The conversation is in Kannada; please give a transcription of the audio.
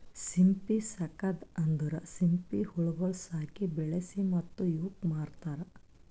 ಸಿಂಪಿ ಸಾಕದ್ ಅಂದುರ್ ಸಿಂಪಿ ಹುಳಗೊಳ್ ಸಾಕಿ, ಬೆಳಿಸಿ ಮತ್ತ ಇವುಕ್ ಮಾರ್ತಾರ್